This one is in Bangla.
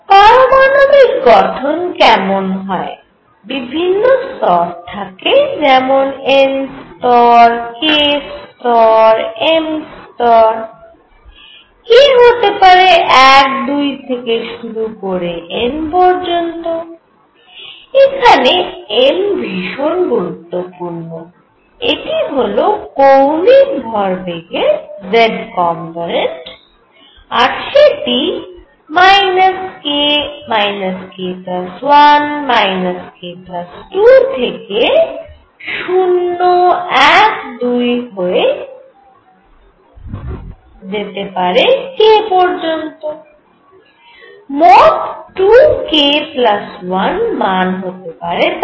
পারমাণবিক গঠন কেমন হয় বিভিন্ন স্তর থাকে যেমন n স্তর k স্তর ও m স্তর k হতে পারে 1 2 থেকে শুরু করে n পর্যন্ত এখানে m ভীষণ গুরুত্বপূর্ণ এটি হল কৌণিক ভরবেগের z কম্পোনেন্ট আর সেটি k k 1 k 2 থেকে 0 1 2 হয়ে যেতে পারে k পর্যন্ত মোট 2 k 1 মান হতে পারে তার